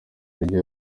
intege